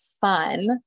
fun